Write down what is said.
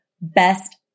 best